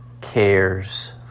cares